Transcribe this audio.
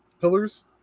pillars